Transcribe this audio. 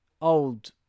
old